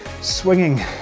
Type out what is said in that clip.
swinging